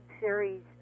series